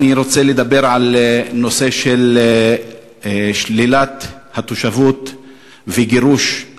אני רוצה לדבר על הנושא של שלילת התושבות והגירוש של